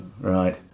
right